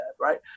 right